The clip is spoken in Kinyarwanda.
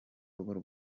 rugendo